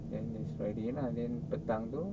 then next friday lah then petang tu